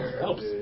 helps